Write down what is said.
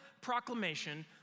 proclamation